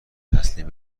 تسلیم